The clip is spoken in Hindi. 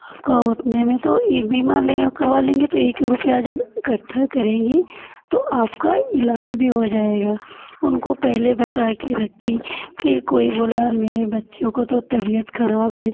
आपका उतने में तो ये बीमा ले करवा लेंगी तो एक एक रुपया जब इकट्ठा करेंगी तो आपका इलाज भी हो जाएगा उनको पहले बता के रखें फिर कोई बोला यार मेरे बच्चों काे तो तबियत खराब है